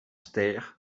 steyr